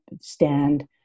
stand